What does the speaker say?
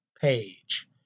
page